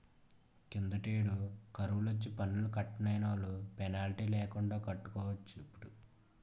కిందటేడు కరువొచ్చి పన్ను కట్టలేనోలు పెనాల్టీ లేకండా కట్టుకోవచ్చటిప్పుడు